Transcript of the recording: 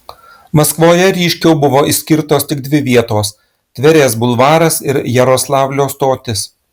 maskvoje ryškiau buvo išskirtos tik dvi vietos tverės bulvaras ir jaroslavlio stotis